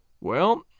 Well